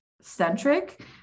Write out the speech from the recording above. centric